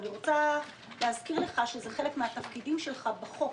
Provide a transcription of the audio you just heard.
אני רוצה להזכיר לך, שזה חלק מהתפקידים שלך בחוק,